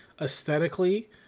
aesthetically